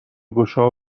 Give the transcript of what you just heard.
گشا